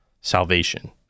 salvation